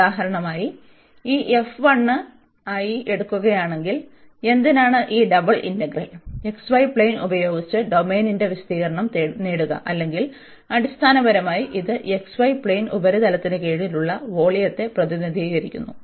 ഉദാഹരണമായി ഈ f 1 ആയി എടുക്കുകയാണെങ്കിൽ എന്തിനാണ് ഈ ഡബിൾ ഇന്റഗ്രൽ xy പ്ളേൻ ഉപയോഗിച്ച് ഡൊമെയ്നിന്റെ വിസ്തീർണ്ണം നേടുക അല്ലെങ്കിൽ അടിസ്ഥാനപരമായി ഇത് xy പ്ളേൻ ഉപരിതലത്തിന് കീഴിലുള്ള വോള്യത്തെ പ്രതിനിധീകരിക്കുന്നു